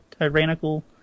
tyrannical